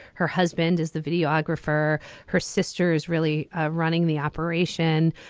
her husband is the videographer her sister is really ah running the operation.